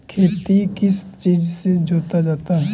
खेती किस चीज से जोता जाता है?